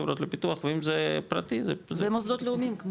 חברות לפיתוח ואם זה פרטי זה --- זה מוסדות לאומיים .